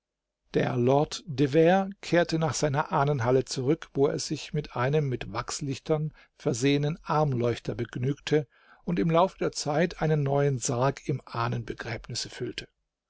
der lord de vere kehrte nach seiner ahnenhalle zurück wo er sich mit einem mit wachslichtern versehenen armleuchter begnügte und im laufe der zeit einen neuen sarg im ahnenbegräbnisse füllte